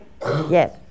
yes